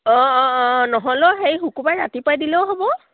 অঁ অঁ অঁ নহ'লেও হেৰি শুকুৰবাৰে ৰাতিপুৱা দিলেও হ'ব